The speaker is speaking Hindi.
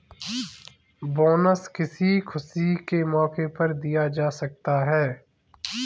बोनस किसी खुशी के मौके पर दिया जा सकता है